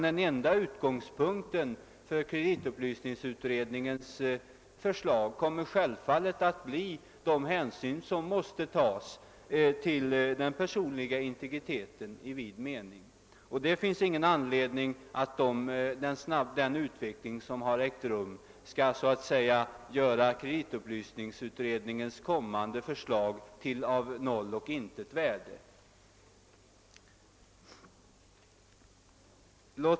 Den enda utgångspunkten för kreditupplysningsutredningens förslag kommer självfallet att bli de hänsyn som måste tas till den personliga integriteten i vid mening. Det finns ingen anledning att den utveckling som har ägt rum skall så att säga göra kreditupplysningsutredningens kommande förslag till av noll och intet värde.